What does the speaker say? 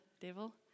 devil